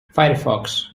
firefox